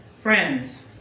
Friends